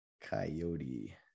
coyote